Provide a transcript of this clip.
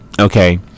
Okay